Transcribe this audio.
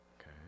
okay